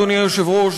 אדוני היושב-ראש,